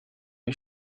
you